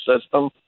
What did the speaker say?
system